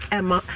Emma